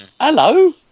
Hello